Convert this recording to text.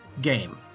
game